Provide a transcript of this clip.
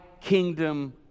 kingdom